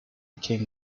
became